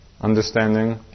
understanding